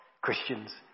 christians